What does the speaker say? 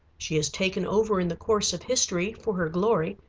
she has taken over in the course of history, for her glory,